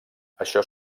això